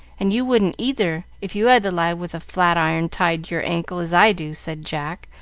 and you wouldn't, either, if you had to lie with a flat-iron tied to your ankle, as i do, said jack,